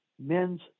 men's